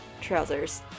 trousers